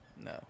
No